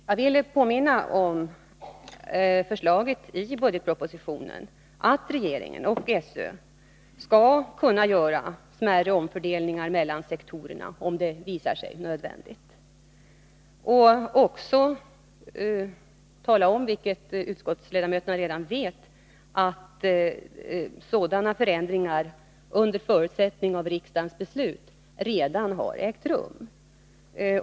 Jag vill påminna om förslaget i budgetpropositionen att regeringen och SÖ skall kunna göra smärre omfördelningar mellan sektorerna om det visar sig nödvändigt. Jag vill också tala om, vilket utskottsledamöterna redan vet, att sådana förändringar — under förutsättning av riksdagens beslut — redan har ägt rum.